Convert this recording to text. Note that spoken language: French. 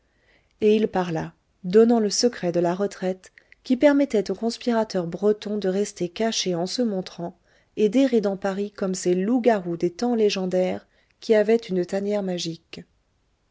et il parla donnant le secret de la retraite qui permettait au conspirateur breton de rester caché en se montrant et d'errer dans paris comme ces loups-garous des temps légendaires qui avaient une tanière magique